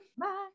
bye